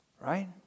right